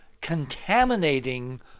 contaminating